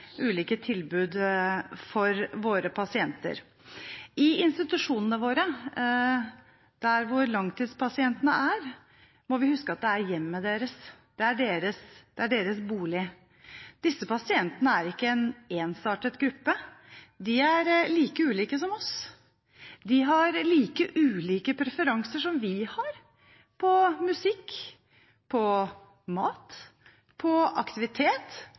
tilbud for våre pasienter. Vi må huske at institusjonene våre er hjemmet til langtidspasientene. Det er deres bolig. Disse pasientene er ikke en ensartet gruppe. De er like ulike som oss. De har like ulike preferanser som vi har med hensyn til musikk, mat, aktivitet